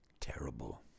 Terrible